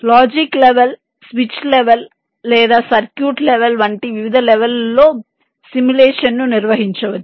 logic level switch level లేదా circuit level వంటి వివిధ లెవెల్ లలో సిములేషన్ ను నిర్వహించవచ్చు